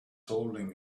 holding